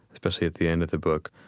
especially at the end of the book.